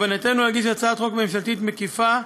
בכוונתנו להגיש הצעת חוק ממשלתית מקיפה,